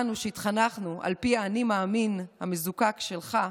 אנו, שהתחנכנו על פי האני-מאמין המזוקק שלך,